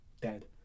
Dead